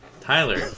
tyler